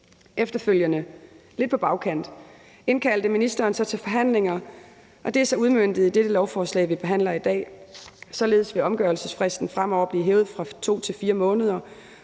Efterfølgende, lidt på bagkant, indkaldte ministeren så til forhandlinger, og det er så udmøntet i det lovforslag, vi behandler i dag. Således vil omgørelsesfristen fremover blive hævet fra 2 til 4 måneder,